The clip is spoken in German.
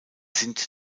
sind